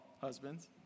husbands